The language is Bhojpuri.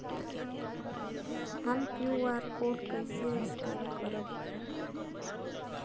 हम क्यू.आर कोड स्कैन कइसे करब?